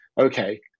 Okay